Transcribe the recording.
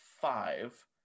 five